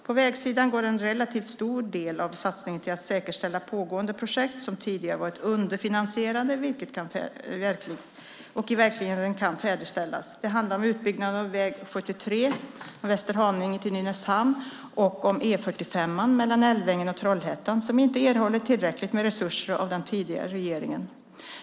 På vägsidan går en relativt stor del av satsningen till att säkerställa att pågående projekt som tidigare varit underfinansierade verkligen kan färdigställas. Det handlar om utbyggnaderna av väg 73 från Västerhaninge till Nynäshamn och om E 45 mellan Älvängen och Trollhättan som inte erhållit tillräckligt med resurser av den tidigare regeringen.